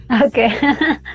okay